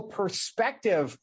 perspective